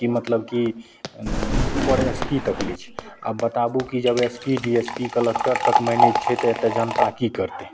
ई मतलब कि उँ उपर एस पी तक लै छै आब बताबू कि जब S P D S P collector तक मैनेज छै तऽ एतए जनता कि करतै